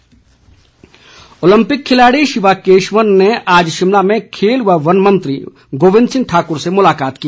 मुलाकात ओलंपिक खिलाड़ी शिवा केशवन ने आज शिमला में खेल व वन मंत्री गोविंद सिंह ठाकुर से मुलाकात की